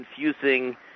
confusing